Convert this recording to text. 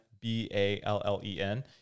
B-A-L-L-E-N